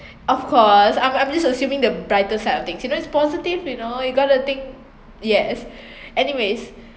of course I'm I’m just assuming the brighter side of things you know it's positive you know you gotta to think yes anyways